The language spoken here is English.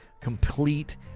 complete